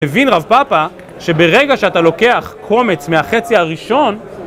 הבין רב פאפא שברגע שאתה לוקח קומץ מהחצי הראשון